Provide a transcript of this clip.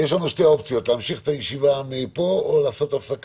הישיבה ננעלה בשעה